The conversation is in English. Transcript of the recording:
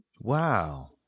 Wow